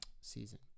season